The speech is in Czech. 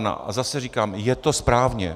A zase říkám, je to správně.